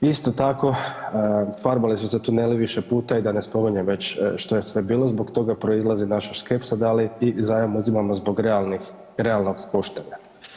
Isto tako, farbali su se tuneli više puta i da ne spominjem već što je sve bilo, zbog toga proizlazi naša skepsa, da li i zajam uzimamo zbog realnih, realnog koštanja.